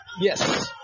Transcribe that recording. yes